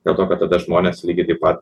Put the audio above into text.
dėl to kad tada žmonės lygiai taip pat